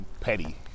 petty